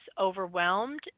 overwhelmed